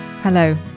Hello